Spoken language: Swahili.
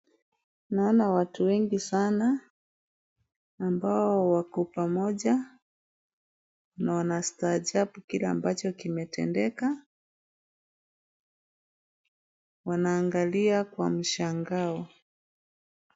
Naona watu wengi sana ambao wako pamoja na wanastaajabu kile ambacho kimetendeka. Wanaangalia kwa mshangao.